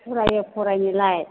फरायो फरायनायालाय